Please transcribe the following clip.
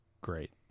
Great